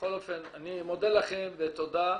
בכל אופן, אני מודה לכם ותודה.